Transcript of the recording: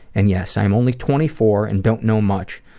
and yes, i am only twenty four and don't know much,